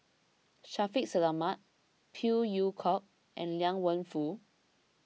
Shaffiq Selamat Phey Yew Kok and Liang Wenfu